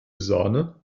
sahne